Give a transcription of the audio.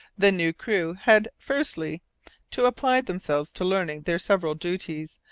the new crew had firstly to apply themselves to learning their several duties,